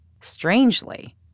Strangely